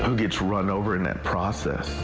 um gets run over in that process.